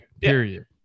period